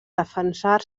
defensar